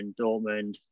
Dortmund